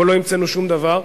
פה לא המצאנו שום דבר.